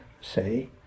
say